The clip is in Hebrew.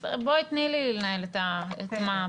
בואי תני לי לנהל את מה.